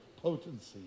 potency